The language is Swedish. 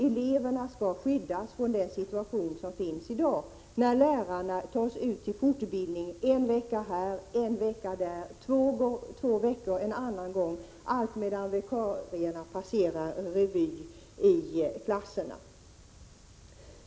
Eleverna skall skyddas från den situation som råder i dag: Lärarna tas ut till fortbildning en vecka här, en vecka där, två veckor en annan gång, allt medan vikarierna passerar revy i klasserna.